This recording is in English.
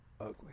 ugly